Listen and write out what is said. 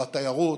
על התיירות,